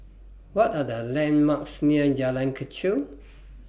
What Are The landmarks near Jalan Kechil